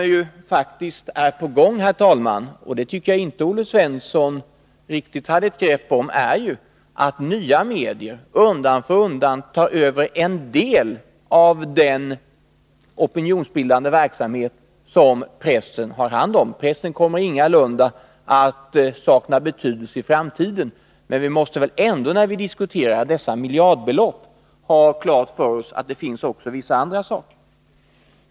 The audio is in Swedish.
Vad som faktiskt är på gång — och det tycker jag inte att Olle Svensson hade ett riktigt grepp om — är att nya medier undan för undan tar över en del av den opinionsbildande verksamhet som pressen har hand om. Pressen kommer ingalunda att sakna betydelse i framtiden, men vi måste ändå, när vi diskuterar dessa miljardbelopp, ha klart för oss att det också finns vissa andra saker.